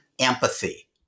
empathy